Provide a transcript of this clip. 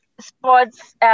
sports